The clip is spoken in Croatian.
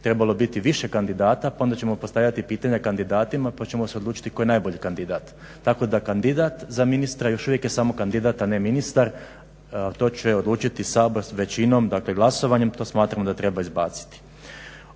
trebalo biti više kandidata pa onda ćemo postavljati pitanja kandidatima pa ćemo se odlučiti koji je najbolji kandidat. Tako da kandidat za ministra jš uvijek je samo kandidat a ne ministar. To će odlučiti Sabor s većinom dakle glasovanjem to smatramo da treba izbaciti.